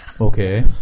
Okay